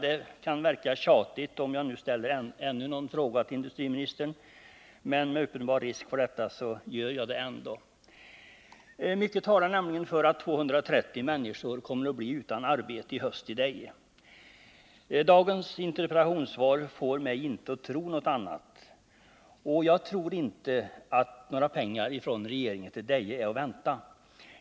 Det kan verka tjatigt om jag ställer ännu några frågor till industriministern, men jag tar ändå den risken. Mycket talar nämligen för att 230 människor kommer att bli utan arbete i Deje i höst. Dagens interpellationssvar får mig inte att tro någonting annat. Jag tror inte att några pengar från regeringen till Deje är att vänta.